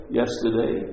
yesterday